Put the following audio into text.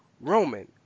Roman